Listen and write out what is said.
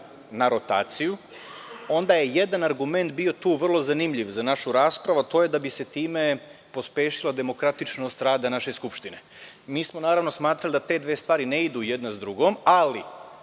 na rotaciju, onda je jedan argument bio tu vrlo zanimljiv za našu raspravu, a to je da bi se time pospešila demokratičnost rada naše Skupštine. Mi smo smatrali da te dve stvari ne idu jedna sa drugom, ali